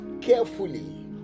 carefully